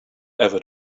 ever